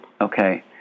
Okay